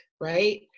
right